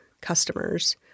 customers –